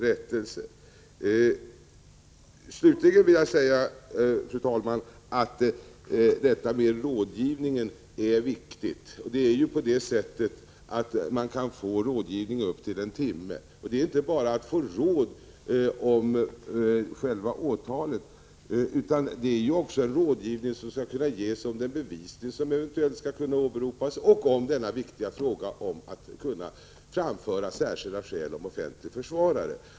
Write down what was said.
Slutligen, fru talman, vill jag säga att detta med rådgivningen är viktigt. Man kan ju få rådgivning upp till en timme. Det är då inte bara fråga om att få råd om själva åtalet, utan en rådgivning skall också kunna ges om den bevisning som eventuellt skall kunna åberopas och om den viktiga frågan huruvida man skall kunna framföra särskilda skäl för förordnande av offentlig försvarare.